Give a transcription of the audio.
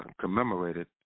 commemorated